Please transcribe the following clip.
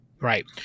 Right